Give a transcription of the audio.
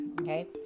Okay